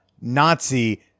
nazi